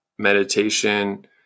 meditation